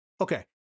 okay